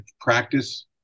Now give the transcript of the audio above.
practice